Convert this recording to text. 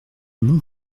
mon